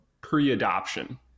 pre-adoption